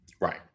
Right